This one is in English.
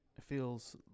feels